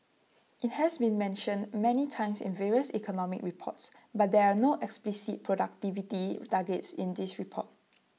IT has been mentioned many times in various economic reports but there are no explicit productivity targets in this report